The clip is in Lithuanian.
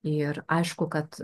ir aišku kad